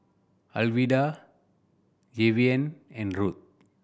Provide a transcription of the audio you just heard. Alwilda Jayvion and Ruth